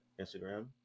instagram